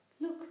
Look